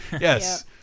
Yes